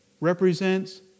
represents